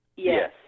Yes